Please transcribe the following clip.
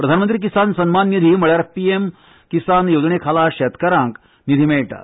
प्रधानमंत्री किसान सन्मान निधी म्हळ्यार पीएस किसान येवजणे खाला शेतकारांक निधी मेळटा